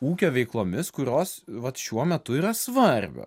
ūkio veiklomis kurios vat šiuo metu yra svarbios